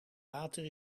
water